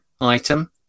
item